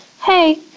hey